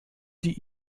die